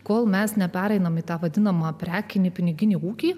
kol mes nepereiname į tą vadinamą prekinį piniginį ūkį